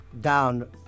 down